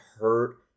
hurt